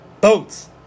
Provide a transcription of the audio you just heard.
boats